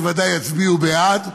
שבוודאי יצביעו בעד,